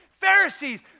Pharisees